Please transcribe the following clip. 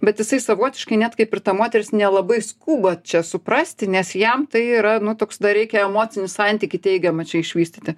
bet jisai savotiškai net kaip ir ta moteris nelabai skuba čia suprasti nes jam tai yra nu toks dar reikia emocinį santykį teigiamą čia išvystyti